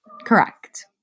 correct